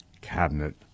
cabinet